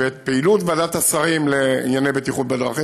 ואת פעילות ועדת השרים לענייני בטיחות בדרכים,